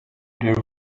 there